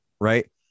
right